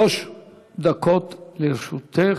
שלוש דקות לרשותך,